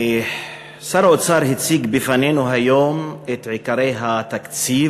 שר האוצר הציג בפנינו היום את עיקרי התקציב,